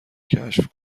کشف